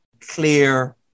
clear